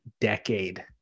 decade